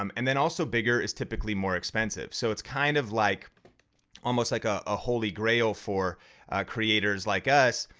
um and then also bigger bigger is typically more expensive. so it's kind of like almost like ah a holy grail for creators like us,